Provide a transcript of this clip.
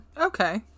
Okay